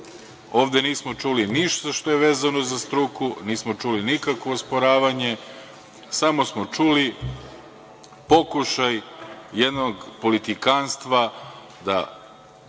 Ovde nismo čuli ništa što je vezano za struku, nismo čuli nikakvo osporavanje, samo smo čuli pokušaj jednog politikanstva da